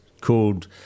called